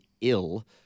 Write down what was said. ill